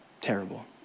terrible